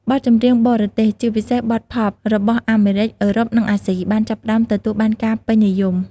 បទចម្រៀងបរទេស ជាពិសេសបទផប់ របស់អាមេរិក អឺរ៉ុប និងអាស៊ី បានចាប់ផ្ដើមទទួលបានការពេញនិយម។